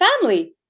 family